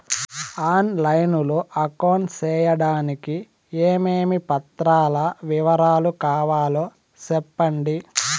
On line లో account సేయడానికి ఏమేమి పత్రాల వివరాలు కావాలో సెప్పండి?